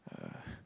uh